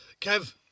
Kev